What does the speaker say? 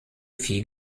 vieh